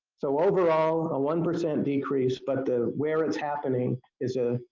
so overall a one percent decrease, but ah where it's happening is ah